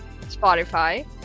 Spotify